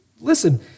listen